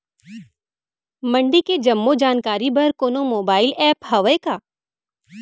मंडी के जम्मो जानकारी बर कोनो मोबाइल ऐप्प हवय का?